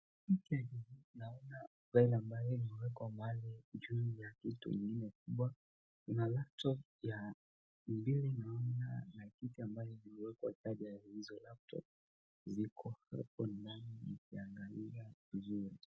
Naona file ambayo imeekwamahali juu ya kitu ingine kubwa, na laptop ya mbili naona kuna kiti imewekwa chaja ya hizo laptop ,ziko hapo ndani ukiangalia vizuri.